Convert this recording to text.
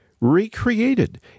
recreated